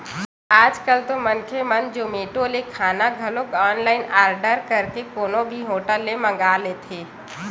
आज कल तो मनखे मन जोमेटो ले खाना घलो ऑनलाइन आरडर करके कोनो भी होटल ले मंगा लेथे